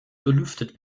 belüftet